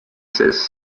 says